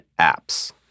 apps